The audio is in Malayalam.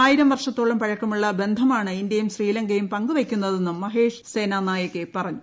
ആയിരം വർഷത്തോളം പഴക്കമുള്ള ബന്ധമാണ് ഇന്തൃയും ശ്രീലങ്കയും പങ്കുവയ്ക്കുന്നതെന്നും മഹേഷ് സേനാ നായകെ പറഞ്ഞു